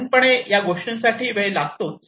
साधारणपणे या गोष्टींसाठी वेळ लागतोच